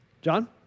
John